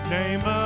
name